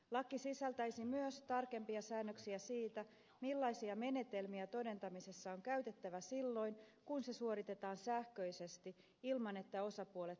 laki sisältäisi myös tarkempia säännöksiä siitä millaisia menetelmiä todentamisessa on käytettävä silloin kun se suoritetaan sähköisesti ilman että osapuolet tapaavat henkilökohtaisesti